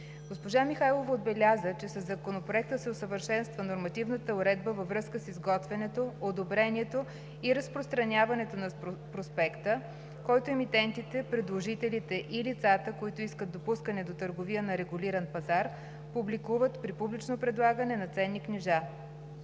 Госпожа Михайлова отбеляза, че със Законопроекта се усъвършенства нормативната уредба във връзка с изготвянето, одобрението и разпространяването на проспекта, който емитентите, предложителите и лицата, които искат допускане до търговия на регулиран пазар, публикуват при публично предлагане на ценни книжа.